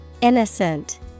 Innocent